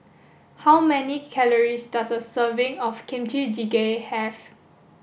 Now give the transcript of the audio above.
how many calories does a serving of Kimchi Jjigae have